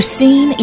seen